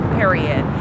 period